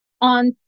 on